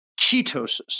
ketosis